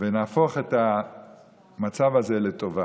ונהפוך את המצב הזה לטובה.